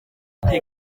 muri